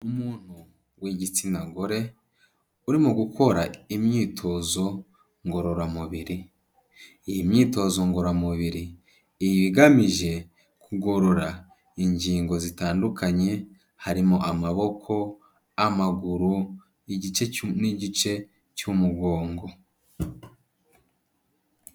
Umuntu w'igitsina gore urimo gukora imyitozo ngororamubiri. Iyi myitozo ngororamubiri iba igamije kugorora ingingo zitandukanye harimo amaboko, amaguru n'igice cy'umugongo.